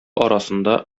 арасында